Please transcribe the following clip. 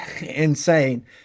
insane